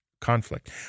conflict